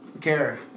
care